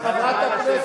לא רוצה.